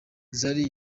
zari